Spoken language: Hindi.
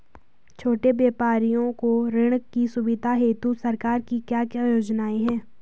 छोटे व्यापारियों को ऋण की सुविधा हेतु सरकार की क्या क्या योजनाएँ हैं?